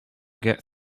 get